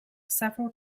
several